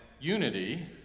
unity